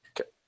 Okay